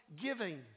giving